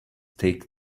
take